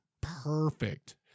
perfect